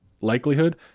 likelihood